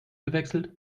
gewechselt